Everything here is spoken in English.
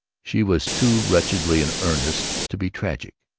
she was too wretchedly in earnest to be tragic,